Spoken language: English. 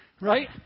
Right